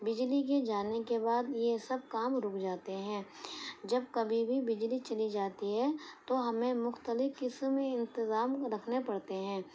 بجلی کے جانے کے بعد یہ سب کام رک جاتے ہیں جب کبھی بھی بجلی چلی جاتی ہے تو ہمیں مختلف قسمے انتظام کو رکھنے پڑتے ہیں